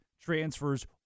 transfers